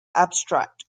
abstract